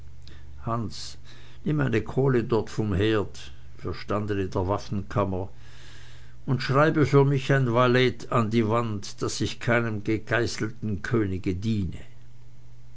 hans nimm eine kohle dort vom herd wir standen in der waffenkammer und schreibe für mich ein valet an die wand daß ich keinem gegeißelten könige diene